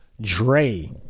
Dre